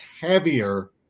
heavier